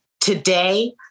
Today